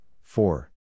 Four